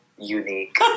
Unique